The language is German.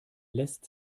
lässt